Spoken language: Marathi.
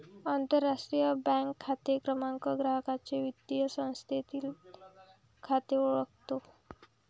आंतरराष्ट्रीय बँक खाते क्रमांक ग्राहकाचे वित्तीय संस्थेतील खाते ओळखतो